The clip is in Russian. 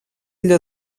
для